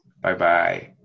Bye-bye